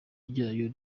ryayo